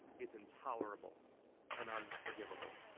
is intolerable and unforgivable.